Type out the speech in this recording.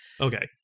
Okay